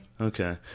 Okay